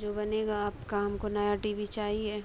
جو بنے گا آپ کا ہم کو نیا ٹی وی چاہیے